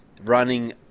running